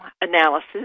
analysis